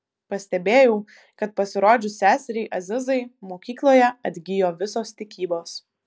pastebėjau kad pasirodžius seseriai azizai mokykloje atgijo visos tikybos